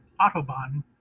Autobahn